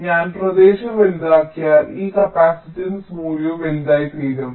അതിനാൽ ഞാൻ പ്രദേശം വലുതാക്കിയാൽ ഈ കപ്പാസിറ്റൻസ് മൂല്യവും വലുതായിത്തീരും